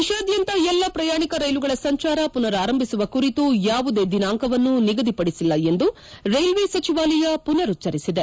ದೇತಾದ್ಯಂತ ಎಲ್ಲಾ ಪ್ರಯಾಣಿಕ ರೈಲುಗಳ ಸಂಚಾರ ಪುನರಾರಂಭಿಸುವ ಕುರಿತು ಯಾವುದೇ ದಿನಾಂಕವನ್ನು ನಿಗದಿಪಡಿಸಿಲ್ಲ ಎಂದು ರೈಲ್ವೆ ಸಚಿವಾಲಯ ಪುನರುಚ್ಚರಿಸಿದೆ